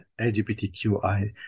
LGBTQI